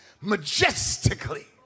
majestically